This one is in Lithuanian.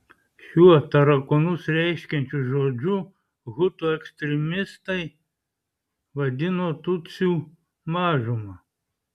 šiuo tarakonus reiškiančiu žodžiu hutų ekstremistai vadino tutsių mažumą